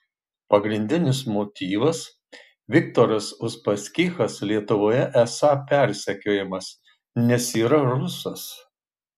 pagrindinis motyvas viktoras uspaskichas lietuvoje esą persekiojamas nes yra rusas